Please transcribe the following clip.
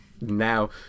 Now